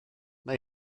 mae